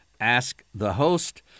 askthehost